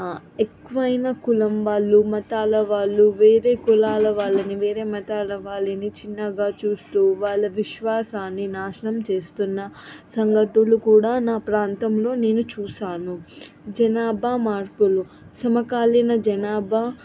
ఎక్కువైనా కులం వాళ్ళు మతాల వాళ్ళు వేరే కులాల వాళ్ళని వేరే మతాల వాళ్ళని చిన్నగా చూస్తూ వాళ్ళ విశ్వాసాన్ని నాశనం చేస్తున్న సంఘటనలు కూడా నా ప్రాంతంలో నేను చూశాను జనాభా మార్పులు సమకాలీన జనాభా